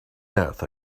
earth